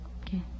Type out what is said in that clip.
Okay